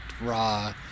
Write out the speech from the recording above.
raw